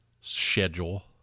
schedule